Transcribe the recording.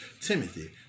Timothy